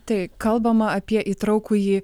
tai kalbama apie įtraukųjį